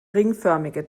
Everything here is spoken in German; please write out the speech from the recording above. ringförmige